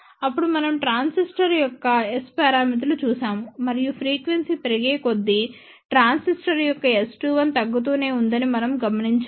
అప్పుడు మనం ట్రాన్సిస్టర్ యొక్క S పారామితులను చూశాము మరియు ఫ్రీక్వెన్సీ పెరిగే కొద్దీ ట్రాన్సిస్టర్ యొక్క S21 తగ్గుతూనే ఉందని మనం గమనించాము